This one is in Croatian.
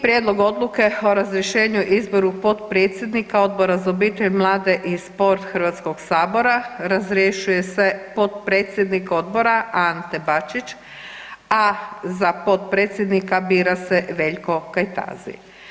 Prijedlog odluke o razrješenju i izboru potpredsjednika Odbora za obitelj, mlade i sport HS-a, razrješuje se potpredsjednik odbora Ante Bačić, a za potpredsjednika bira se Veljko Kajtazi.